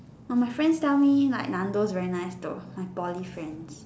but my friends tell me like Nando's very nice though my Poly friends